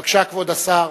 בבקשה, כבוד השר.